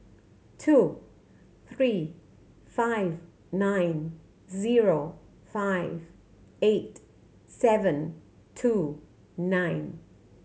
two three five nine zero five eight seven two nine